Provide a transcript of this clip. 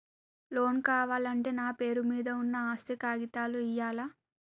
Loan కావాలంటే నా పేరు మీద ఉన్న ఆస్తి కాగితాలు ఇయ్యాలా?